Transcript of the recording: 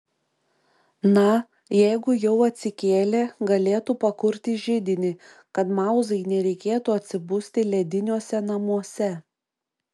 na jeigu jau atsikėlė galėtų pakurti židinį kad mauzai nereikėtų atsibusti lediniuose namuose